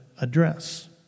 address